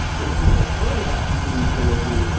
if you have heard about continuous delivery,